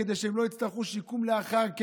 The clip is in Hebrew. כדי שהן לא יצטרכו שיקום לאחר הכלא.